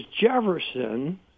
Jefferson